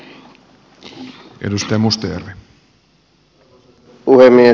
arvoisa puhemies